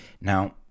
Now